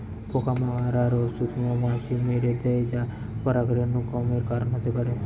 পোকা মারার ঔষধ মৌমাছি মেরে দ্যায় যা পরাগরেণু কমের কারণ হতে পারে